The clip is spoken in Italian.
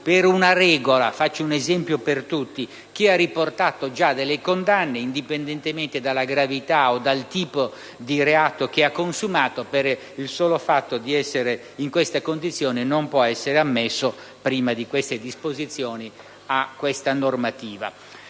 per una regola (faccio un esempio per tutti) chi ha riportato già delle condanne, indipendentemente dalla gravità o dal tipo di reato che ha consumato, per il solo fatto di trovarsi in questa condizione, non può essere ammesso ad usufruire di questa normativa